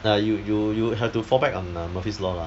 ya you you you have to fall back on murphy's law lah